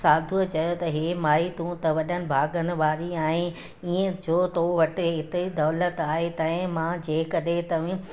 साधूअ चयो त हे माई तूं त वॾनि भाॻनि वारी आहीं ईअं जो थो वटि एतिरी दौलत आहे तंहिं मां जेकॾहिं तव्हीं